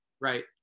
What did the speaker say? Right